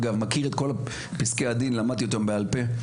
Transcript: אגב מכיר את כל פסקי הדין למדתי אותם בעל פה,